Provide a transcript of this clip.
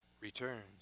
returns